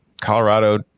Colorado